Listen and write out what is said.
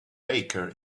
baker